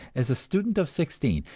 as a student of sixteen,